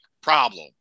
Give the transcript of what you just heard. problem